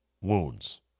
wounds